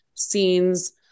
scenes